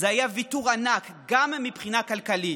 זה היה ויתור ענק גם מבחינה כלכלית,